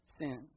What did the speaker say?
sin